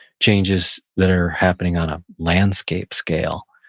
changes that are happening on a landscape scale.